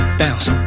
bounce